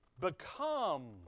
become